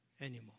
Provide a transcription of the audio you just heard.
anymore